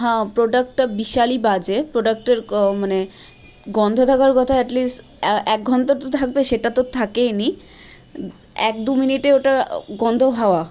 হ্যাঁ প্রোডাক্টটা বিশালই বাজে প্রোডাক্টের মানে গন্ধ থাকার কথা অ্যাটলিস্ট এক ঘণ্টা তো থাকবে সেটা তো থাকেইনি এক দু মিনিটে ওটা গন্ধ হাওয়া